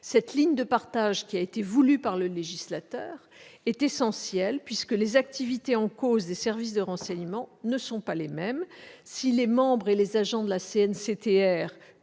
Cette ligne de partage voulue par le législateur est essentielle, puisque les activités des services de renseignement ne sont pas les mêmes. Si les membres et les agents de la CNCTR,